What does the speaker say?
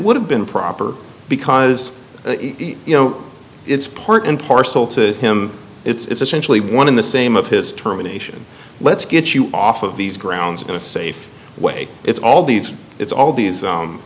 would have been proper because you know it's part and parcel to him it's essentially one in the same of his terminations let's get you off of these grounds in a safe way it's all these it's all these